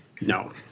No